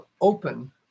open